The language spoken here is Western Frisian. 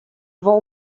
wol